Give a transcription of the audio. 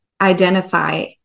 identify